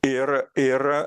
ir ir